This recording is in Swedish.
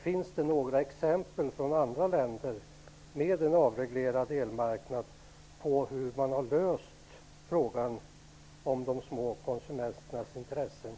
Finns det några exempel från andra länder med en avreglerad elmarknad på hur man har löst frågan om de små konsumenternas intressen?